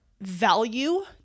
value